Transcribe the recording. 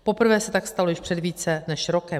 Poprvé se tak stalo již před více než rokem.